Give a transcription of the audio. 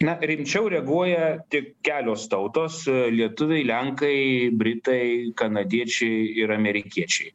na rimčiau reaguoja tik kelios tautos lietuviai lenkai britai kanadiečiai ir amerikiečiai